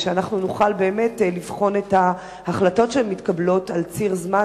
שנוכל לבחון את ההחלטות שמתקבלות על ציר זמן,